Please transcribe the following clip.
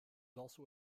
also